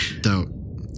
Dope